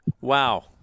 Wow